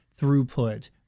throughput